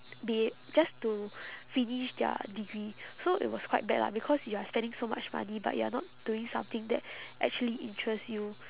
be it just to finish their degree so it was quite bad lah because you are spending so much money but you're not doing something that actually interests you